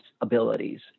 abilities